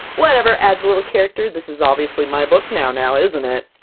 whatever! adds a little character, this is obviously my book now, now isn't it?